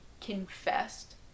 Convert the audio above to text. confessed